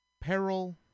peril